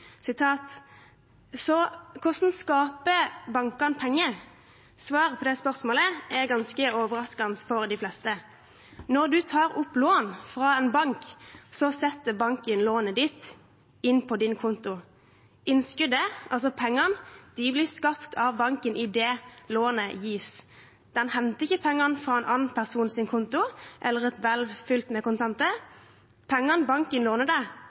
hvordan skaper bankene penger? Svaret på det spørsmålet er ganske overraskende for de fleste. Når du tar opp lån fra en bank, setter banken lånet inn på din konto. Innskuddet – pengene – blir skapt av banken idet lånet gis. Den henter ikke pengene fra en annen persons konto, eller fra et hvelv fylt med kontanter. Pengene